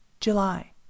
July